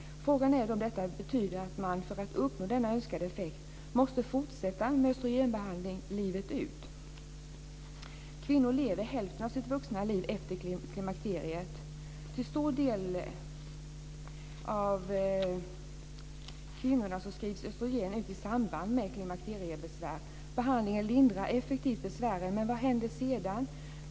Frågan är om detta betyder att man för att uppnå denna önskade effekt måste fortsätta med östrogenbehandling livet ut. Kvinnor lever hälften av sitt vuxna liv efter klimakteriet. Till en stor del av kvinnorna skrivs östrogen ut i samband med klimakteriebesvär. Behandlingen lindrar effektivt besvären - men vad händer sedan?